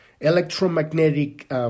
electromagnetic